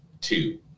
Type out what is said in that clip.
Two